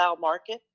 Market